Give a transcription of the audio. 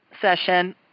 session